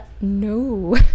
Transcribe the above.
No